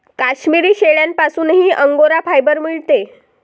काश्मिरी शेळ्यांपासूनही angora fibre मिळते